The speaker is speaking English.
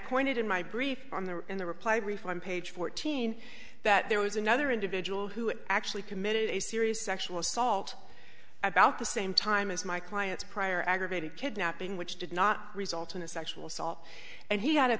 pointed in my brief on the in the reply brief on page fourteen that there was another individual who actually committed a serious sexual assault about the same time as my client's prior aggravated kidnapping which did not result in a sexual assault and he had a